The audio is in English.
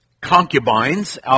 concubines